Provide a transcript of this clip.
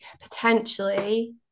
potentially